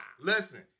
listen